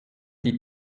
die